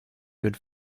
good